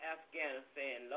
Afghanistan